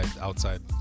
Outside